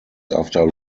after